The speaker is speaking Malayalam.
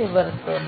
നിവർത്തുന്നു